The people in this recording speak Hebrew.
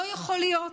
לא יכול להיות